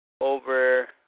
over